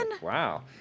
Wow